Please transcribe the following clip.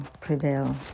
prevail